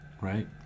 right